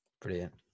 Brilliant